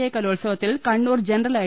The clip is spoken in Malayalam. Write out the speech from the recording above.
ഐ കലോത്സവത്തിൽ കണ്ണൂർ ജനറൽ ഐ